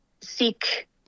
seek